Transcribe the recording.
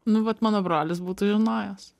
nu vat mano brolis būtų žinojęs